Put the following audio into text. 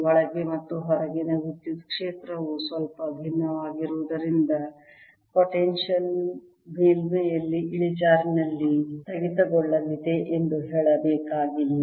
ಒಳಗೆ ಮತ್ತು ಹೊರಗಿನ ವಿದ್ಯುತ್ ಕ್ಷೇತ್ರವು ಸ್ವಲ್ಪ ಭಿನ್ನವಾಗಿರುವುದರಿಂದ ಪೊಟೆನ್ಶಿಯಲ್ ಯು ಮೇಲ್ಮೈಯಲ್ಲಿ ಇಳಿಜಾರಿನಲ್ಲಿ ಸ್ಥಗಿತಗೊಳ್ಳಲಿದೆ ಎಂದು ಹೇಳಬೇಕಾಗಿಲ್ಲ